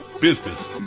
Business